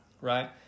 right